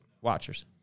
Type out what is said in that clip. Watchers